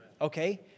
okay